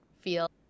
feel